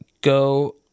go